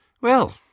Well